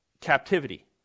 captivity